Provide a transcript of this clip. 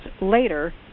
later